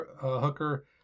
Hooker